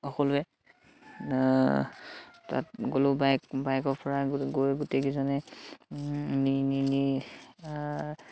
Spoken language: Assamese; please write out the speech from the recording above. সকলোৱে তাত গ'লো বাইক বাইকৰ পৰা গৈ গোটেইকেইজনে নি নি নি